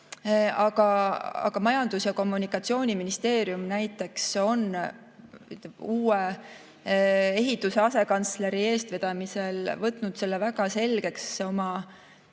Aga Majandus- ja Kommunikatsiooniministeerium on uue ehituse asekantsleri eestvedamisel võtnud väga selgeks